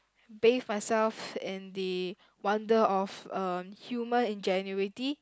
bathe myself in the wonder of um human ingenuity